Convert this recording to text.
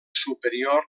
superior